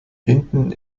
hinten